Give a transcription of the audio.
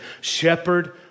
Shepherd